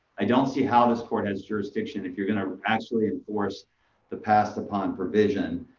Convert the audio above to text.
i don't see how this court has jurisdiction if you're going to actually enforce the passed-upon provision.